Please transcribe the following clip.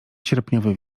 sierpniowy